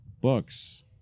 books